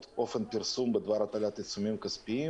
התקנים (אופן פרסום בדבר הטלת עיצום כספי),